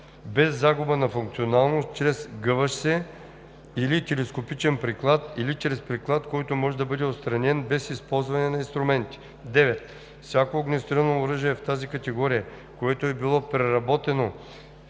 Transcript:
без загуба на функционалност, чрез сгъващ се или телескопичен приклад или чрез приклад, който може да бъде отстранен без използване на инструменти; 9. всяко огнестрелно оръжие в тази категория, което е било преработено